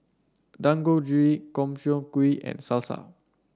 Dangojiru Gobchang Gui and Salsa